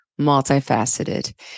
multifaceted